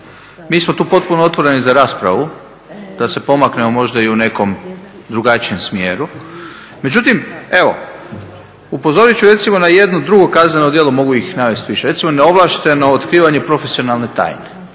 mi smo tu potpuno otvoreni za raspravu da se pomaknemo možda i u nekom drugačijem smjeru, međutim evo upozorit ću recimo na jedno drugo kazneno djelo mogu ih navesti više, recimo neovlašteno otkrivanje profesionalne tajne